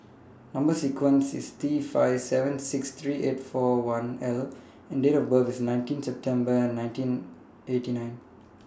Number sequence IS T five seven six three eight four one L and Date of birth IS nineteen September nineteen eighty nine